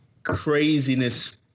Craziness